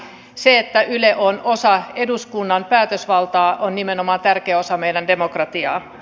se että yle on osa eduskunnan päätösvaltaa on nimenomaan tärkeä osa meidän demokratiaa